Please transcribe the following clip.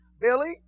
Billy